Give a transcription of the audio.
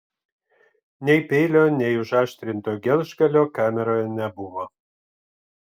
nei peilio nei užaštrinto gelžgalio kameroje nebuvo